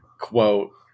quote